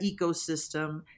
ecosystem